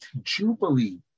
Jubilee